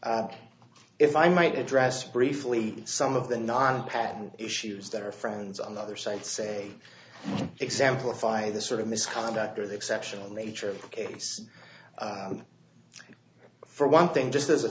it if i might address briefly some of the non patent issues that our friends on the other side say example if i the sort of misconduct or the exceptional nature of the case for one thing just as a